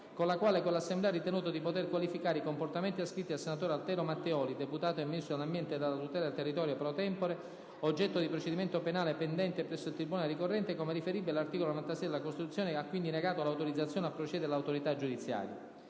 con la quale quell'Assemblea ha ritenuto di poter qualificare i comportamenti ascritti al senatore Altero Matteoli, deputato e Ministro dell'ambiente e della tutela del territorio *pro tempore*, oggetto di procedimento penale pendente presso il tribunale ricorrente, come riferibili all'articolo 96 della Costituzione e ha quindi negato l'autorizzazione a procedere all'autorità giudiziaria.